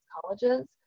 colleges